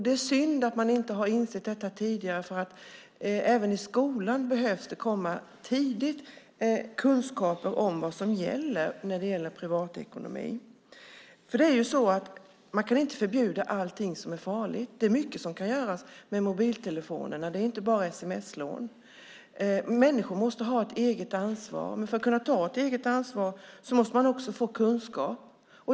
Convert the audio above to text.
Det är synd att man inte har insett detta tidigare, för även i skolan behöver det komma kunskaper tidigt om vad som gäller i fråga om privatekonomin. Man kan inte förbjuda allt som är farligt. Det är mycket som mobiltelefonerna kan användas till, inte bara för sms-lån. Människor måste ha ett eget ansvar. Men för att kunna ta ett eget ansvar måste man också få kunskap.